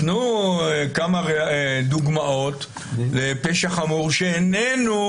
תנו כמה דוגמאות לפשע חמור שאיננו